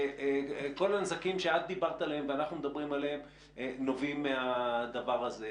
כל הנזקים שאת דיברת עליהם ואנחנו מדברים עליהם נובעים מהדבר הזה.